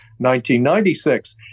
1996